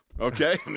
okay